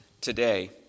today